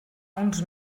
uns